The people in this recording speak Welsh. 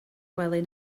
gwely